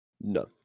No